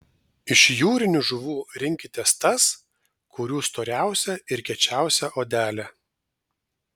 iš jūrinių žuvų rinkitės tas kurių storiausia ir kiečiausia odelė